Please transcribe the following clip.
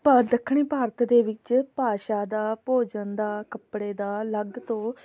ਭਾ ਦੱਖਣੀ ਭਾਰਤ ਦੇ ਵਿੱਚ ਭਾਸ਼ਾ ਦਾ ਭੋਜਨ ਦਾ ਕੱਪੜੇ ਦਾ ਅਲੱਗ ਤੋਂ